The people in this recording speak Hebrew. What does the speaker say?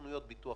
שסוכני הביטוח